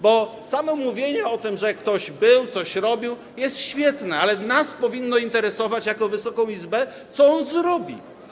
Bo samo mówienie o tym, że ktoś był, coś robił, jest świetne, ale nas powinno interesować jako Wysoką Izbę, co on zrobi.